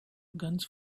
guns